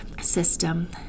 system